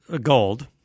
gold